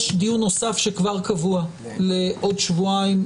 יש דיון נוסף שכבר קבוע לעוד שבועיים.